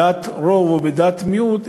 בדעת רוב או בדעת מיעוט,